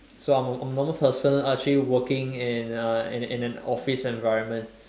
so I'm I'm a normal person uh actually working in uh in in an office environment